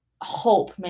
hope